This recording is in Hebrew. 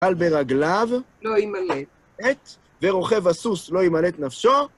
אבל ברגליו לא ימלט, ורוכב הסוס לא ימלט נפשו.